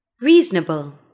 Reasonable